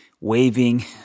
waving